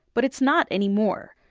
but it's not anymore.